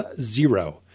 zero